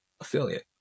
affiliate